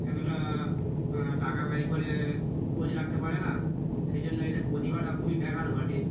এতটা টাকা ব্যয় করে খোঁজ রাখতে পারে না সেই জন্য এদের প্রতিভাটা খুবই ব্যাঘাত ঘটে